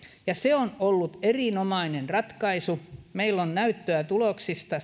ja se on ollut erinomainen ratkaisu meillä on näyttöä tuloksista